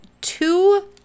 two